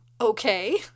okay